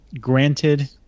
granted